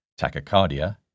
tachycardia